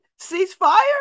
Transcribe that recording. ceasefire